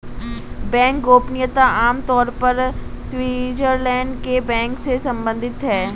bank गोपनीयता आम तौर पर स्विटज़रलैंड के बैंक से सम्बंधित है